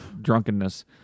drunkenness